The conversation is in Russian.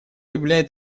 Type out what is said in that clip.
являет